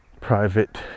private